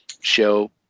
show